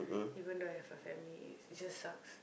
even though I have a family it just sucks